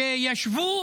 שישבו